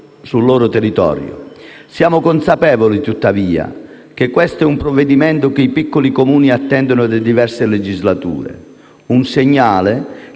sul loro territorio. Siamo consapevoli, tuttavia, che questo è un provvedimento che i piccoli Comuni attendono da diverse legislature, un segnale